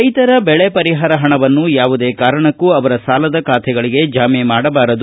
ರೈತರ ಬೆಳೆ ಪರಿಹಾರ ಪಣವನ್ನು ಯಾವುದೇ ಕಾರಣಕ್ಕೂ ಅವರ ಸಾಲದ ಖಾತೆಗಳಿಗೆ ಜಮೆ ಮಾಡಬಾರದು